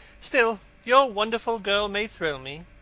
still, your wonderful girl may thrill me.